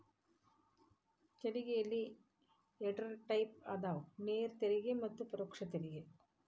ತೆರಿಗೆಯಲ್ಲಿ ಎರಡ್ ಟೈಪ್ ಅದಾವ ನೇರ ತೆರಿಗೆ ಮತ್ತ ಪರೋಕ್ಷ ತೆರಿಗೆ